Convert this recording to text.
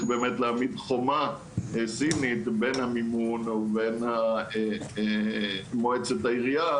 באמת להעמיד "חומה סינית" בין המימון ובין מועצת העירייה.